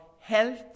health